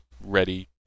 ready